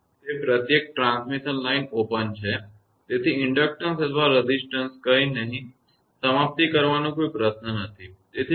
કે તે પ્રત્યેક ટ્રાન્સમિશન લાઇન ઓપન છે તેથી ઇન્ડક્ટન્સ અથવા રેઝિસ્ટન્સ કંઈ નહીં સમાપ્તિ કરવાનો કોઈ પ્રશ્ન નથી